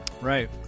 right